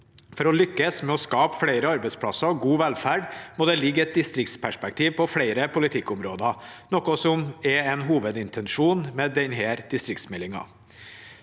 For å lykkes med å skape flere arbeidsplasser og god velferd må det ligge et distriktsperspektiv på flere politikkområder, noe som er en hovedintensjon med denne distriktmeldingen.